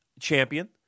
champion